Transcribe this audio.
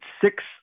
six